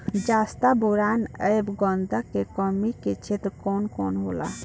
जस्ता बोरान ऐब गंधक के कमी के क्षेत्र कौन कौनहोला?